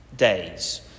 Days